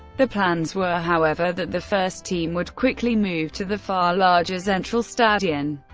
the plans were however that the first team would quickly move to the far larger zentralstadion,